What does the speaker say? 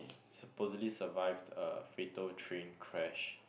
supposedly survived a fatal train crash